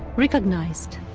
recognized.